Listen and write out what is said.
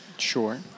Sure